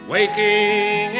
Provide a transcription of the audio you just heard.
Waking